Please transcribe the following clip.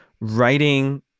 writing